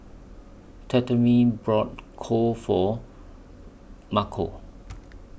Tremayne bought Pho For Marco